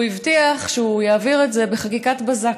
והוא הבטיח שהוא יעביר את זה בחקיקת בזק,